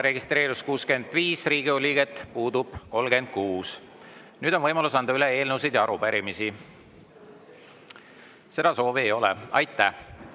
registreerus 65 Riigikogu liiget, puudub 36. Nüüd on võimalus anda üle eelnõusid ja arupärimisi. Seda soovi ei ole. Aitäh!